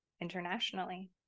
internationally